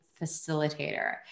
facilitator